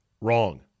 wrong